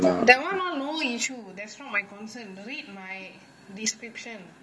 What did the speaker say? that one hor no issue that's not my concern read my description